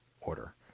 order